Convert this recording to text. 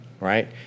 Right